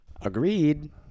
Agreed